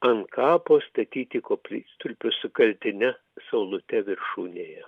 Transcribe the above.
ant kapo statyti koplytstulpius su kaltine saulute viršūnėje